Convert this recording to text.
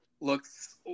looks